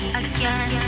again